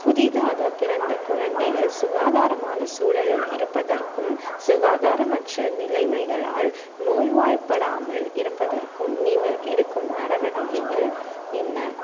புதிதாக பிறந்த குழந்தைகள் சுகாதாரமான சூழலில் இருப்பதற்கும் சுகாதாரமற்ற நிலைமைகளால் நோய்வாய்ப்படாமல் இருப்பதற்கும் நீங்கள் எடுக்கும் நடவடிக்கைகள் என்ன